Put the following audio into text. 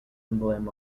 emblem